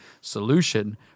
solution